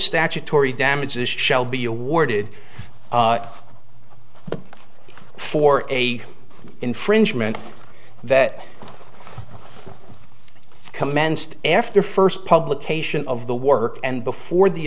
statutory damages shall be awarded for a infringement that commenced after first publication of the work and before the